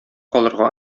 калырга